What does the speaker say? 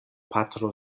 patro